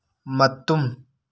ꯃꯇꯨꯝ